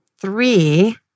three